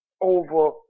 over